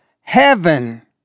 heaven